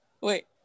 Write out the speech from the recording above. Wait